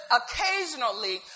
occasionally